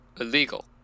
illegal